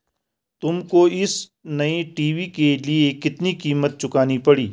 तुमको इस नए टी.वी के लिए कितनी कीमत चुकानी पड़ी?